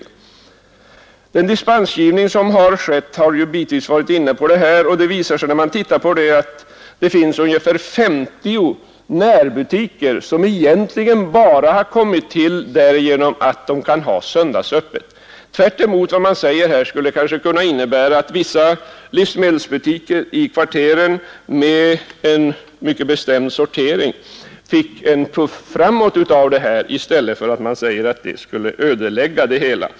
Vid den dispensgivning som hittills förekommit har man emellertid haft sin uppmärksamhet riktad på denna fråga, och vid närmare studium har det visat sig att det finns ungefär 50 närbutiker som egentligen bara har kommit till tack vare att de kunnat ha söndagsöppet. Tvärtemot vad som påstås här skulle det sålunda kunna innebära att vissa livsmedelsbutiker i kvarteren som har en alldeles speciell sortering fick en puff framåt genom att affärstidslagen upphör, i stället för att lagens borttagande skulle ta död på dem.